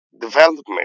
development